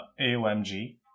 AOMG